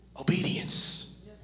Obedience